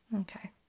Okay